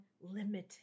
limited